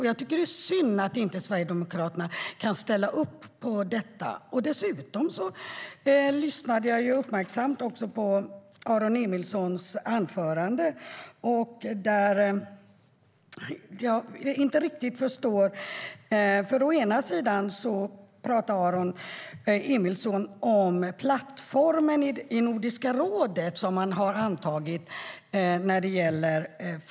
Jag tycker att det är synd att Sverigedemokraterna inte kan ställa upp på detta. Jag lyssnade dessutom uppmärksamt på Aron Emilssons anförande, och det är något jag inte riktigt förstår. Å ena sidan talade Aron Emilsson om den plattform när det gäller fristäder man har antagit i Nordiska rådet.